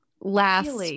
last